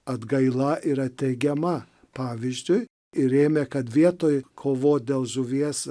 atgaila yra teigiama pavyzdžiui ir ėmė kad vietoj kovot dėl žuvies